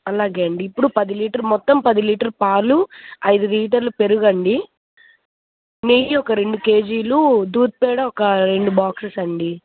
అలాగే అండి ఇప్పుడు పది లీటర్ మొత్తం పది లీటర్ పాలు ఐదు లీటర్లు పెరుగండి నెయ్యి ఒక రెండు కే జీలు దూద్పేడ ఒక రెండు బాక్సెస్ అండి